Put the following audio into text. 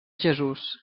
jesús